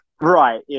Right